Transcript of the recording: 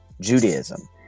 Judaism